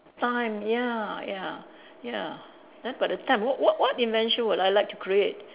time ya ya ya then by that time what what what invention would I like to create